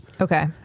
Okay